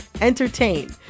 entertain